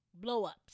blow-ups